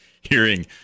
hearing